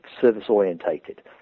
service-orientated